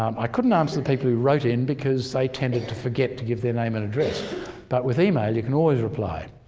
i couldn't answer the people who wrote in because they tended to forget to give their name and address but with email you can always reply.